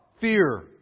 fear